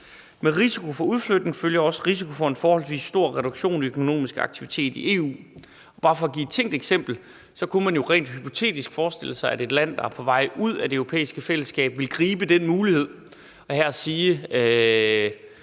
Med risiko for udflytning følger også risiko for en forholdsvis stor reduktion i den økonomiske aktivitet i EU. Bare for at give et tænkt eksempel, kunne man jo rent hypotetisk forestille sig, at et land, der er på vej ud af Det Europæiske Fællesskab, ville gribe den mulighed og her sige –